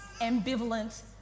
ambivalent